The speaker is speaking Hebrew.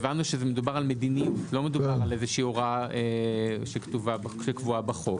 הבנו שמדובר במדיניות לא מדובר בהוראה שקבועה בחוק.